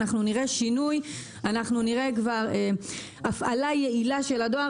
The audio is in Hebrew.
אנחנו נראה שינוי ונראה הפעלה יעילה של הדואר